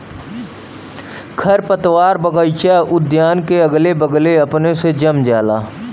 खरपतवार बगइचा उद्यान के अगले बगले अपने से जम जाला